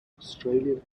australian